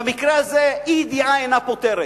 במקרה הזה אי-ידיעה אינה פוטרת.